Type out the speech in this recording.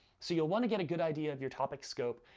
so you'll wanna get a good idea of your topic scope,